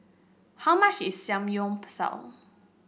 how much is Samgyeopsal